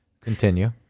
continue